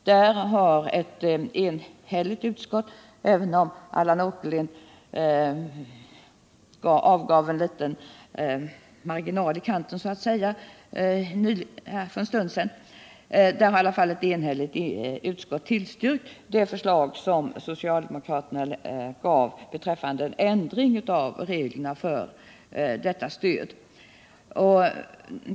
Där har ett enhälligt utskott — även om Allan Åkerlind gjorde en liten markering för en stund sedan -— tillstyrkt det förslag som socialdemokraterna gav beträffande en ändring av reglerna för detta stöd.